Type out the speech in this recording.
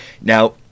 Now